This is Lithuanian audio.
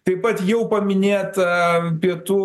taip pat jau paminėtą pietų